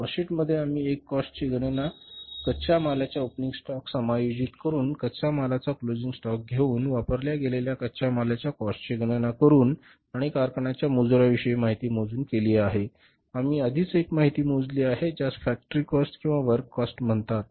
cost sheet मध्ये आम्ही एक कॉस्ट ची गणना कच्च्या मालाचा ओपनिंग स्टॉक समायोजित करून कच्च्या मालाचा क्लोजिंग स्टॉक घेऊन वापरल्या गेलेल्या कच्च्या मालाच्या काॅस्ट ची गणना करून आणि कारखान्याच्या मजुरीविषयी माहिती मोजून केली आहे आम्ही आधीच एक किंमत मोजली आहे ज्यास फॅक्टरी काॅस्ट किंवा वर्क कॉस्ट म्हणतात